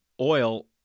oil